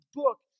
book